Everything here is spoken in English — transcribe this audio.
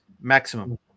maximum